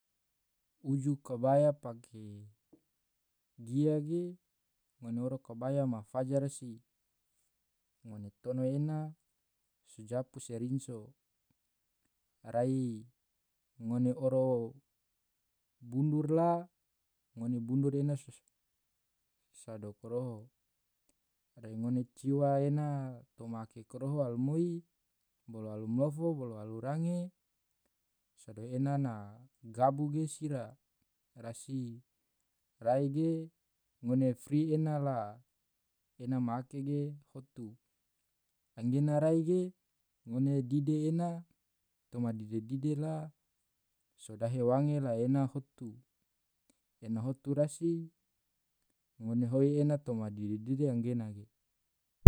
uju kabaya pake gia ge ngone oro kabaya ma faja rasi ngone tono ena sejapu serinso rai ngone oro bundur la ngone bundur ena sosado koroho rai ngone ciwa ena toma ake koroho almoi bolo almolofo bolo alrange sado ena na gabu ge sira rasi rai ge ngone fri ena la ena ma ake ge hotu anggena rai ge ngone dide ena toma dide dide la sodahe wange la ena hotu, ena hotu rasi ngone hoi ena toma dide dide enggena ge.